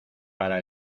para